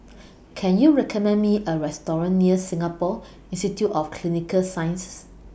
Can YOU recommend Me A Restaurant near Singapore Institute of Clinical Sciences